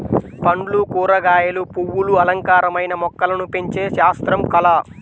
పండ్లు, కూరగాయలు, పువ్వులు అలంకారమైన మొక్కలను పెంచే శాస్త్రం, కళ